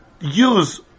use